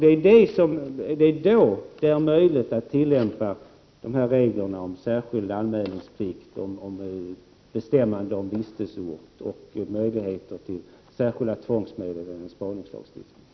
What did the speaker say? Det är då det är möjligt att tillämpa reglerna om särskild anmälningsplikt, om bestämmande om vistelseort och om särskilda tvångsmedel enligt spaningslagstiftningen.